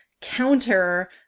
counter